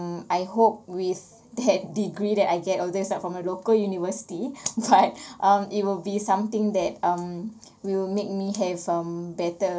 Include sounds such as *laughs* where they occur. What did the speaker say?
um I hope with that *laughs* degree that I get although it's not from a local university *laughs* but um it will be something that um will make me have um better